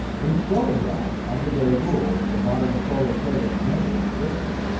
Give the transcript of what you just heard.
in showing that, under their rule, the modern proletariat never existed,